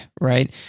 right